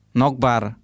nokbar